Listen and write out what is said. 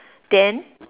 then